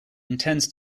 intends